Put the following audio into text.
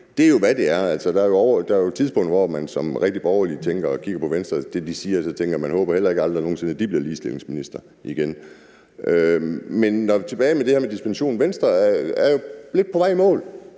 Det er jo, hvad det er. Der er tidspunkter, hvor man som rigtig borgerlig kigger på Venstre og hører, hvad de siger, og tænker: Jeg håber da heller aldrig nogen sinde, at en af dem bliver ligestillingsminister igen. Men tilbage til det her med dispensation. Venstre er jo lidt på vej i mål,